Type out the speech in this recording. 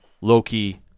Loki